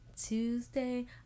Tuesday